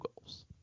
goals